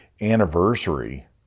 anniversary